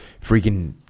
freaking